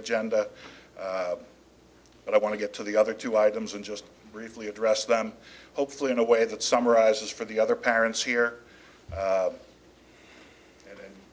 agenda but i want to get to the other two items and just briefly address them hopefully in a way that summarizes for the other parents here